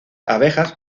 abejas